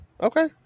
Okay